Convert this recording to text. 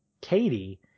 Katie